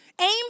Aim